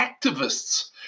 activists